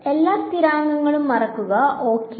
എല്ലാ സ്ഥിരാങ്കങ്ങളും മറക്കുക ഓക്കേ